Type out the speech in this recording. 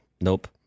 nope